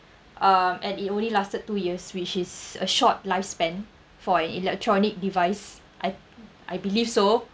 um and it only lasted two years which is a short lifespan for an electronic device I I believe so